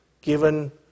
given